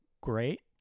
great